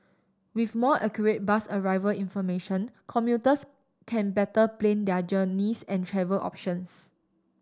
with more accurate bus arrival information commuters can better plan their journeys and travel options